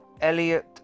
Elliot